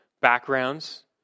backgrounds